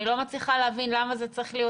אני לא מצליחה להבין למה זה צריך להיות